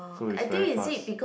so it's very fast